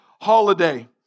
holiday